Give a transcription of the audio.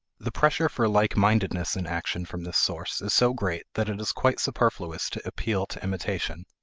the pressure for likemindedness in action from this source is so great that it is quite superfluous to appeal to imitation.